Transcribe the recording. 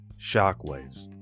shockwaves